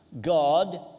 God